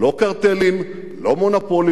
לא קרטלים, לא מונופולים,